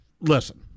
listen